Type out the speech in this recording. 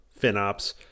FinOps